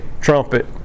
Trumpet